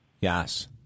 yes